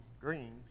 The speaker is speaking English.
green